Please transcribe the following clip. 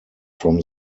from